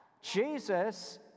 Jesus